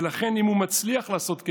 ולכן, אם מצליח לעשות כן,